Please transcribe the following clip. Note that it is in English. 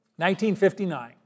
1959